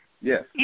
Yes